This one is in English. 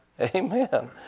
Amen